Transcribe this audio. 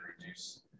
reduce